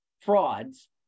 frauds